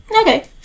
Okay